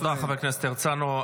תודה, חבר הכנסת הרצנו.